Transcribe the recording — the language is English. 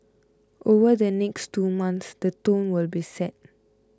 over the next two months the tone will be set